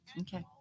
Okay